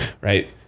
right